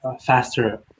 faster